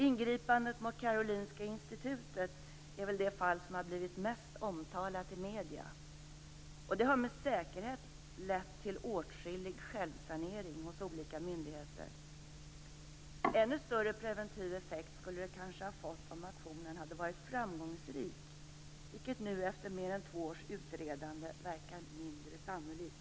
Ingripandet mot Karolinska institutet är väl det fall som har blivit mest omtalat i medierna. Det har med säkerhet lett till åtskillig självsanering hos olika myndigheter. Ännu större preventiv effekt skulle det kanske ha fått om aktionen hade varit framgångsrik, vilket nu efter mer än två års utredande verkar mindre sannolikt.